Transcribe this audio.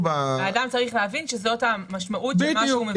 האדם צריך להבין שזאת המשמעות של מה שהוא מבקש.